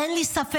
אין לי ספק,